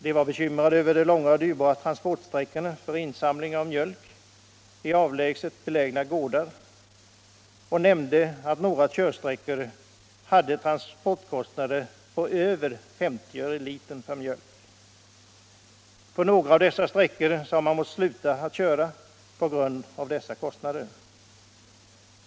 De var bekymrade över de långa och och dyrbara transporterna för insamling av mjölk i avlägset belägna gårdar och nämnde att några körsträckor drog transportkostnader på över 50 öre per liter mjölk. På en del av dessa sträckor hade man måst sluta köra på grund av kostnaderna.